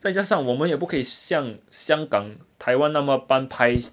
再加上我们也不可以像香港台湾那么翻拍